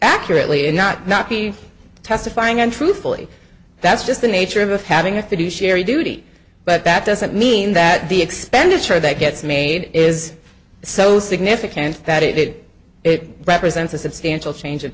accurately and not not be testifying and truthfully that's just the nature of of having a fiduciary duty but that doesn't mean that the expenditure that gets made is so significant that it it represents a substantial change